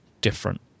different